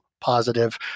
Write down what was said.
positive